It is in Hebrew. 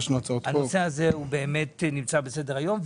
הנושא הזה היה בסדר-היום.